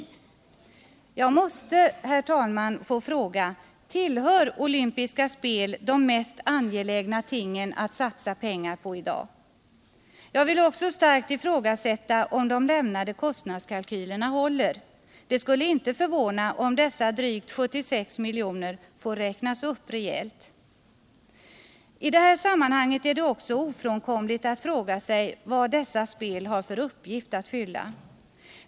Jag måste, herr talman, få fråga: Tillhör olympiska spet de mest angelägna tingen att satsa pengar på i dag? Jag vill också starkt ifrågasätta om de lämnade kostnadskalkylerna håller. Det skulle inte förvåna. om dessa drvgt 76 miljoner får räknas upp rejält. I det här sammanhanget är det också ofrånkomligt att fråga sig vad dessa spel har för uppgift att fylla.